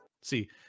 See